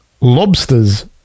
lobsters